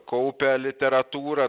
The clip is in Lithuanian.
kaupia literatūrą